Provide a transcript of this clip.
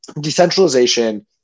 decentralization